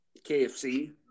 KFC